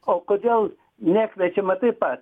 o kodėl nekviečiama taip pat